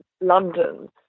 London